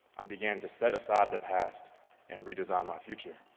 i began to set aside the past and redesign my future.